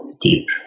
deep